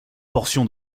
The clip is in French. portion